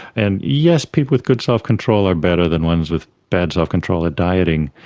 and yes, people with good self-control are better than ones with bad self-control at dieting,